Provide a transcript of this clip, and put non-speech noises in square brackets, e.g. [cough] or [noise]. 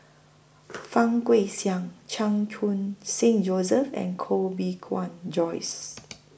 [noise] Fang Guixiang Chan Khun Sing Joseph and Koh Bee Tuan Joyce